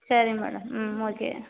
சரி மேடம் ம் ஓகே